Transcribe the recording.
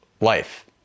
life